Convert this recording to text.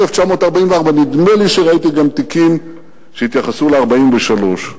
1944. נדמה לי שראיתי גם תיקים שהתייחסו ל-1943.